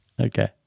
Okay